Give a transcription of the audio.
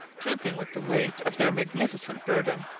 drooping with the weight of their magnificent burden.